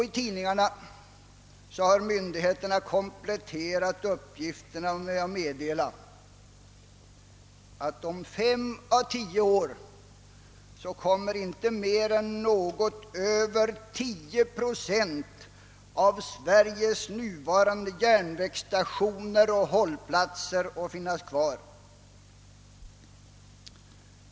I tidningarna har myndigheterna kompletterat uppgifterna genom att meddela att om 5 å 10 år kommer inte mer än något över 10 procent av Sveriges nuvarande järnvägsstationer och hållplatser att finnas kvar.